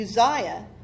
Uzziah